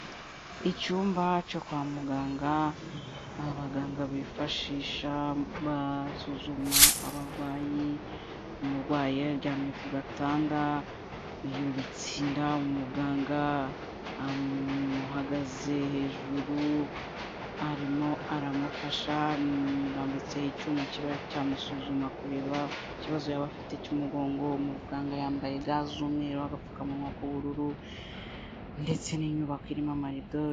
Icyumba cyo kwa muganga abaganga bifashisha basuzuma abarwayi, umurwayi aryamye ku gatanda yubitsinda, umuganga amuhagaze hejuru arimo aramufasha, amurambitseho icyuma kiba cyamusuzuma kureba ikibazo yaba afite cy'umugongo, umuganga yambaye ga z'umweru, agapfukamunwa k'ubururu, ndetse n'inyubako irimo amarido.